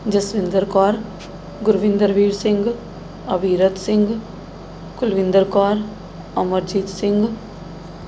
Jaswinder Kaur Gurwinderveer Singh Abhirat Singh Kulwinder Kaur Amarjit Singh